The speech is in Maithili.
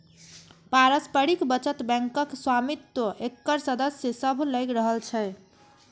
पारस्परिक बचत बैंकक स्वामित्व एकर सदस्य सभ लग रहै छै